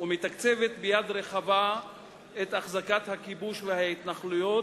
ומתקצבת ביד רחבה את החזקת הכיבוש וההתנחלויות,